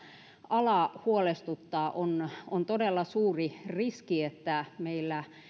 ala huolestuttaa on on todella suuri riski että meillä